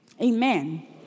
Amen